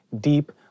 deep